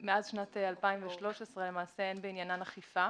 שמאז שנת 2013 אין בעניינן אכיפה.